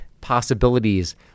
possibilities